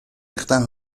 ریختن